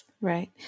Right